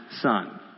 son